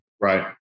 Right